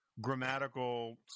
grammatical